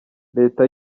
leta